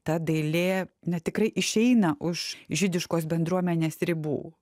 ta dailė na tikrai išeina už žydiškos bendruomenės ribų